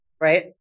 Right